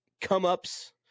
come-ups